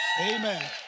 amen